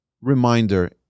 reminder